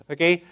Okay